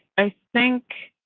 i think.